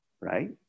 right